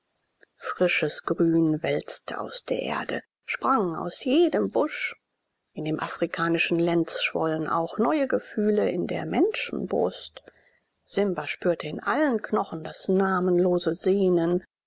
frisches grün wälzte aus der erde sprang aus jedem busch in dem afrikanischen lenz schwollen auch neue gefühle in der menschenbrust simba spürte in allen knochen das namenlose sehnen